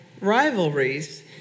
rivalries